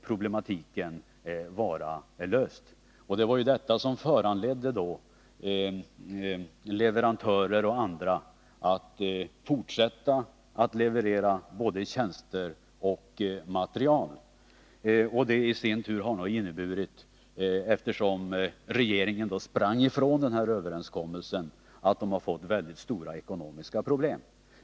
Det var detta som föranledde leverantörer och andra att fortsätta att leverera både tjänster och material. Det har i sin tur inneburit, eftersom regeringen sprang ifrån överenskommelsen, att de har fått mycket stora ekonomiska problem.